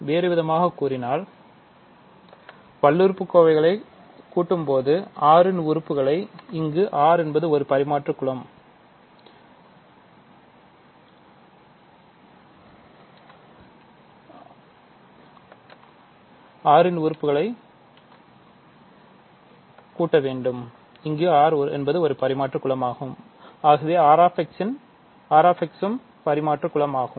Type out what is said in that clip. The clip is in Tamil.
வேறுவிதமாகக் கூறினால் பல்லுறுப்புக்கோவைகளைச் கூட்டும்போது R இன் உறுப்புகளை கூட்ட வேண்டும் இங்கு R என்பது ஒருபரிமாற்று குலம்ஆகவே Rx பரிமாற்று குலம் ஆகும்